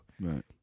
right